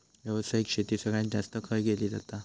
व्यावसायिक शेती सगळ्यात जास्त खय केली जाता?